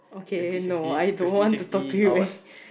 fifty sixty fifty sixty hours